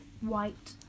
White